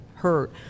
hurt